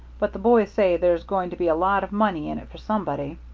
but the boys say there's going to be a lot of money in it for somebody.